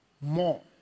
more